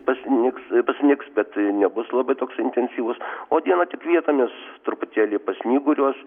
pasnigs pasnigs bet nebus labai toks intensyvus o dieną tik vietomis truputėlį pasnyguriuos